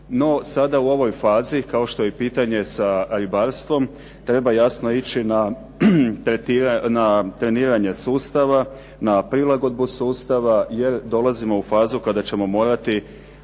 sada u ovoj fazi, kao što je i pitanje sa ribarstvom, treba jasno ići na treniranje sustava, na prilagodbu sustava jer dolazimo u fazu kada ćemo morati